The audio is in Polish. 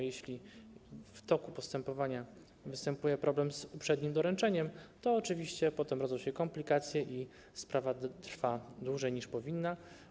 Jeśli w toku postępowania występuje problem z uprzednim doręczeniem, to oczywiście potem rodzą się komplikacje i sprawa trwa dłużej, niż powinna.